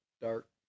dark